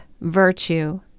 virtue